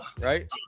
right